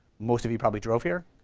most of you probably drove here,